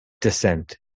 descent